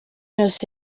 yose